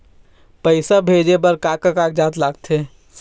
पैसा भेजे बार का का कागजात लगथे?